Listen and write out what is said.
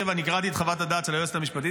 אני קראתי את חוות הדעת של היועצת המשפטית.